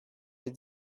les